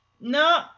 No